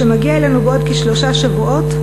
שמגיע אלינו בעוד כשלושה שבועות,